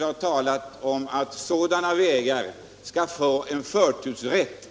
har uttalat att sådana vägar skall ha förtursrätt.